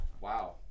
Wow